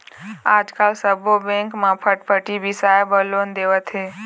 आजकाल सब्बो बेंक ह फटफटी बिसाए बर लोन देवत हे